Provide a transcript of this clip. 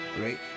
right